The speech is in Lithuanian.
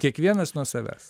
kiekvienas nuo savęs